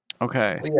Okay